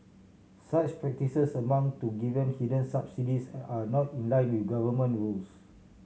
such practices amount to giving hidden subsidies and are not in line with government rules